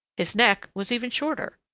his neck was even shorter.